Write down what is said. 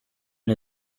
and